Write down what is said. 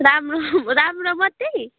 राम्रो राम्रो मात्रै